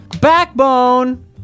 Backbone